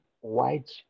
white